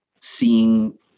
seeing